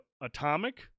Atomic